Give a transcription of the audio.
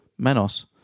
Menos